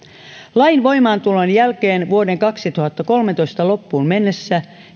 lain voimaantulon jälkeen on velkajärjestelyhakemuksia jätetty käräjäoikeuksiin vuoden kaksituhattakolmetoista loppuun mennessä